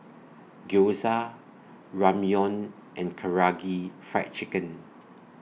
Gyoza Ramyeon and Karaage Fried Chicken